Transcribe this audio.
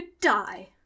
die